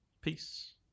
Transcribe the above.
Peace